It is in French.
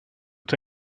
est